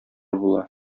була